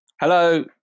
Hello